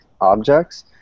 objects